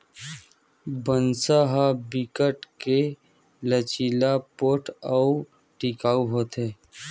बांस ह बिकट के लचीला, पोठ अउ टिकऊ होथे